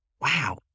wow